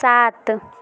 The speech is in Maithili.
सात